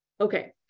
Okay